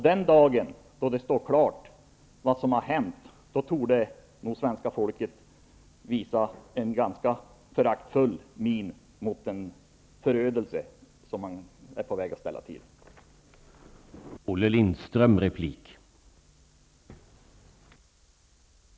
Den dag det står klart vad som har hänt, torde svenska folket visa en ganska föraktfull min mot den förödelse som man är på väg att ställa till med.